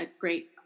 great